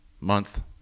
Month